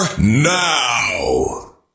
now